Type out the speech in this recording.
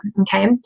Okay